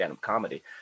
comedy